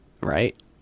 right